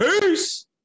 Peace